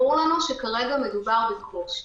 ברור לנו שכרגע מדובר בקושי.